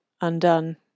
Undone